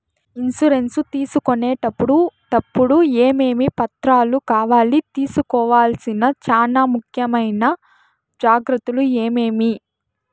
Insurance తీసుకునేటప్పుడు టప్పుడు ఏమేమి పత్రాలు కావాలి? తీసుకోవాల్సిన చానా ముఖ్యమైన జాగ్రత్తలు ఏమేమి?